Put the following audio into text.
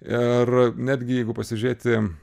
ir netgi jeigu pasižiūrėti